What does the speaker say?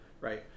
right